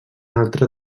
altre